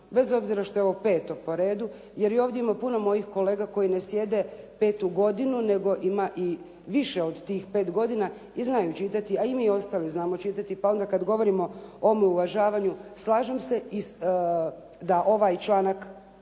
bez obzira što je ovo 5. po redu, jer i ovdje ima puno mojih kolega koji ne sjede 5. godinu, nego ima i više od tih 5 godina i znaju čitati, a i mi ostali znamo čitati, pa onda kad govorimo o uvažavanju slažem se da ovaj članak